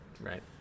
Right